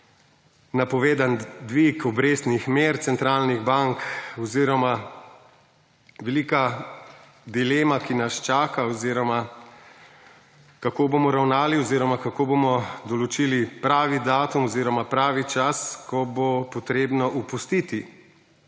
napovedan dvig obrestnih mer centralnih bank oziroma velika dilema, ki nas čaka oziroma kako bomo ravnali oziroma kako bomo določili pravi datum oziroma pravi čas, ko bo potrebno opustiti